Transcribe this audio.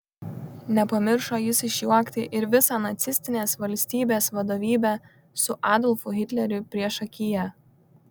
nepamiršo jis išjuokti ir visą nacistinės valstybės vadovybę su adolfu hitleriu priešakyje